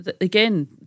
again